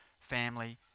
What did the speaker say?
family